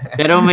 pero